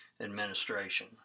administration